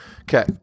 Okay